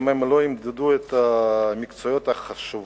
אם הם לא ילמדו את המקצועות החשובים,